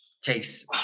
takes